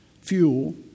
fuel